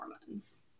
hormones